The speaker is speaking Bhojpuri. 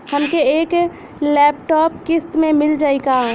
हमके एक लैपटॉप किस्त मे मिल जाई का?